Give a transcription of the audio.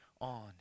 on